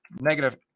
negative